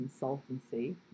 Consultancy